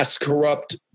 corrupt